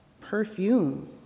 perfume